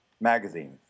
magazine